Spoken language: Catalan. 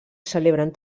celebren